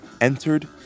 entered